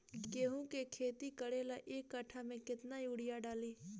गेहूं के खेती करे ला एक काठा में केतना युरीयाँ डाली?